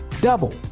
double